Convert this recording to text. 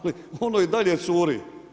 Ali ono i dalje curi.